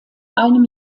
einem